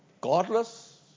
Godless